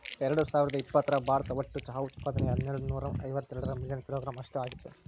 ಎರ್ಡಸಾವಿರದ ಇಪ್ಪತರಾಗ ಭಾರತ ಒಟ್ಟು ಚಹಾ ಉತ್ಪಾದನೆಯು ಹನ್ನೆರಡನೂರ ಇವತ್ತೆರಡ ಮಿಲಿಯನ್ ಕಿಲೋಗ್ರಾಂ ಅಷ್ಟ ಆಗಿತ್ತು